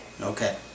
Okay